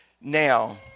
Now